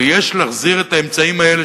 ויש להחזיר את האמצעים האלה,